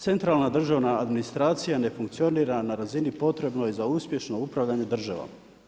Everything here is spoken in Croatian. Centralna državna administracija ne funkcionira na razini potrebnoj za uspješno upravljanje državom.